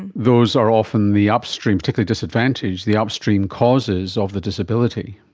and those are often the upstream, particularly disadvantage, the upstream causes of the disability.